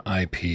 IP